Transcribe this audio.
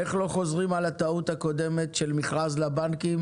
איך לא חוזרים על הטעות הקודמת של מכרז לבנקים,